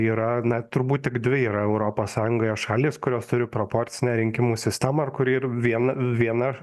yra na turbūt tik dvi yra europos sąjungoje šalys kurios turi proporcinę rinkimų sistemą ir kuri ir viena viena